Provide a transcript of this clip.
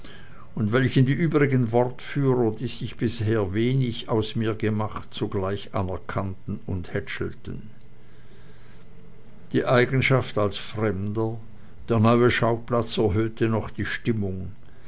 und welchen die übrigen wortführer die sich bisher wenig aus mir gemacht sogleich anerkannten und hätschelten die eigenschaft als fremder der neue schauplatz erhöhte noch die stimmung